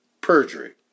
perjury